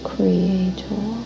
Creator